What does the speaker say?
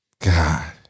God